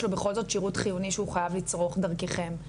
לו בכל זאת שירות חיוני שהוא חייב לצרוך דרכם,